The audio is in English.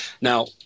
Now